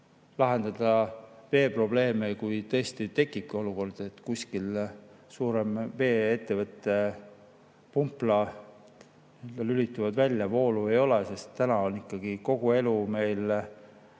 lahendada veeprobleeme, kui tõesti tekibki olukord, et mõne suurema vee‑ettevõtte pumplad lülituvad välja, voolu ei ole. Täna on ikkagi kogu elu meil